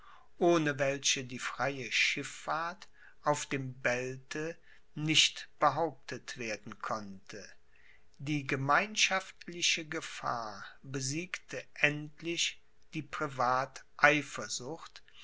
ohne welche die freie schifffahrt auf dem belte nicht behauptet werden konnte die gemeinschaftliche gefahr besiegte endlich die